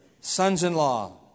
Sons-in-law